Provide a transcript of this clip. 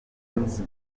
airlines